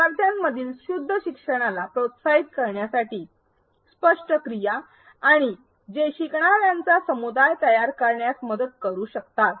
विद्यार्थ्यांमधील शुद्ध शिक्षणाला प्रोत्साहित करण्यासाठी स्पष्ट क्रिया आणि जे शिकणार्यांचा समुदाय तयार करण्यास मदत करू शकतात